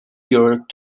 york